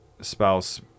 spouse